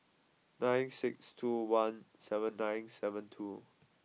nine six two one seven nine seven two